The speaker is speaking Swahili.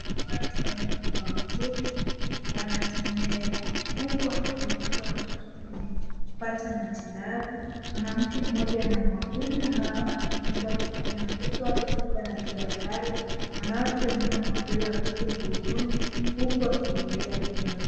Watu waliobeba watoto wanatembea huku wakipeleka watoto kupata matibabu. Mwanamke mmoja ana mwavuli ambayo anatumia kumkinga mtoto kutokana na jua kali. Wanawake wengine wamewabeba watoto mgongoni huku wakivumilia jua hiyo.